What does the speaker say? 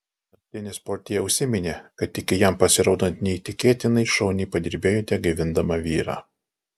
naktinis portjė užsiminė kad iki jam pasirodant neįtikėtinai šauniai padirbėjote gaivindama vyrą